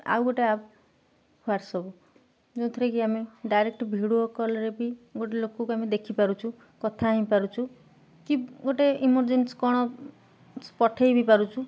ଆଉ ଗୋଟେ app WhatsApp ଯେଉଁଥିରେ କି ଆମେ ଡାଇରେକ୍ଟ ଭିଡ଼ିଓ କଲ୍ରେ ବି ଗୋଟେ ଲୋକକୁ ଆମେ ଦେଖିପାରୁଛୁ କଥା ହେଇପାରୁଛୁ କି ଗୋଟେ ଇମର୍ଜେନ୍ସି କ'ଣ ପଠେଇ ବି ପାରୁଛୁ